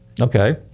Okay